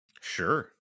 Sure